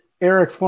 Eric